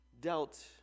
dealt